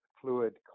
fluid